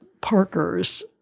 Parker's